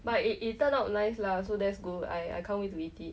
but it it turned out nice lah so that's good I I can't wait to eat it